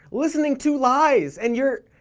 listening to lies, and you're.